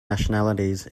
nationalities